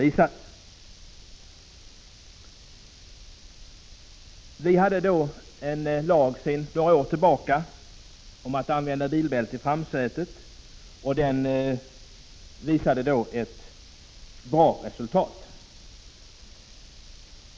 Vi hade då sedan några år tillbaka en lag om användande av bilbälte i framsätet, och den visade ett bra resultat.